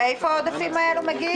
מאיפה העודפים האלו מגיעים?